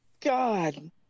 God